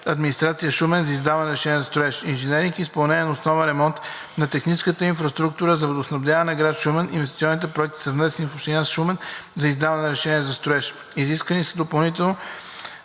администрация – Шумен за издаване на разрешение за строеж; „Инженеринг – изпълнение на основен ремонт на техническата инфраструктура за водоснабдяване на град Шумен“ – инвестиционните проекти са внесени в Община Шумен за издаване на разрешение за строеж. Изискани са допълнително